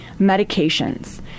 medications